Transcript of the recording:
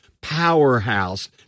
powerhouse